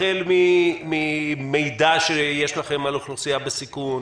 החל ממידע שיש לכם על אוכלוסייה בסיכון,